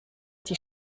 die